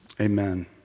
Amen